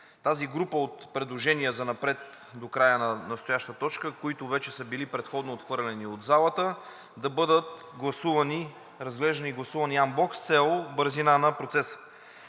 тази група предложения занапред до края на настоящата точка, които вече са били предходно отхвърлени от залата, да бъдат разглеждани и гласувани анблок с цел бързина на процеса.